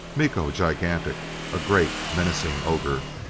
miko gigantic a great menacing ogre.